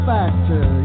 Factor